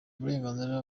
uburenganzira